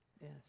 Yes